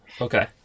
okay